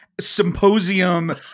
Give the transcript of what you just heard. symposium